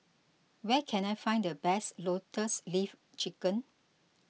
where can I find the best Lotus Leaf Chicken